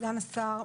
סגן השרה,